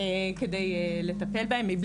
כדי לטפל בהם.